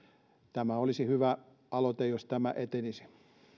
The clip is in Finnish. tämä olisi hyvä aloite jos tämä etenisi